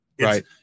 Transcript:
Right